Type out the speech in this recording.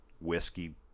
Whiskey